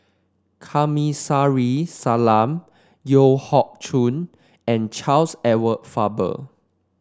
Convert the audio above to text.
Kamsari Salam Yeo Hoe Koon and Charles Edward Faber